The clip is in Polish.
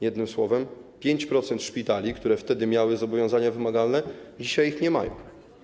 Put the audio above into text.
Jednym słowem, 5% szpitali, które wtedy miały zobowiązania wymagalne, dzisiaj ich nie ma.